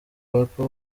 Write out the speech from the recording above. papa